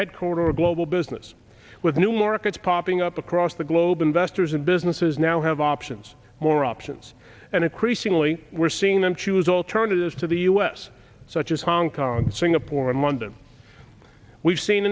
headquarter of global business with new markets popping up across the globe investors and businesses now have options more options and increasingly we're seeing them choose alternatives to the us such as hong kong singapore and london we've seen